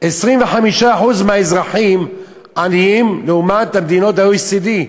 25% מהאזרחים עניים, לעומת מדינות ה-OECD,